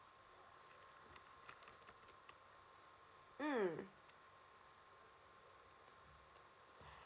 mm